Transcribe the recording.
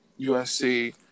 usc